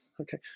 okay